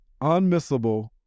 unmissable